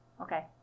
Okay